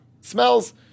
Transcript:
smells